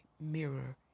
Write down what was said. mirror